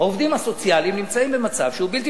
העובדים הסוציאליים נמצאים במצב שהוא בלתי